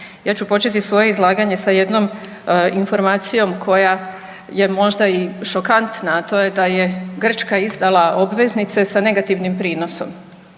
ja ću početi svoje izlaganje sa jednom informacijom koja je možda i šokantna, a to je da je Grčka izdala obveznice sa negativnim prinosom.